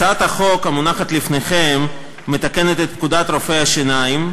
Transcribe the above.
הצעת החוק המונחת לפניכם מתקנת את פקודת רופאי השיניים,